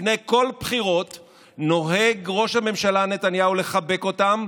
לפני כל בחירות נוהג ראש הממשלה נתניהו לחבק אותם,